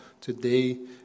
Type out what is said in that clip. today